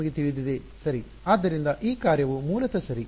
ಆದ್ದರಿಂದ ಈ ಕಾರ್ಯವು ಮೂಲತಃ ಸರಿ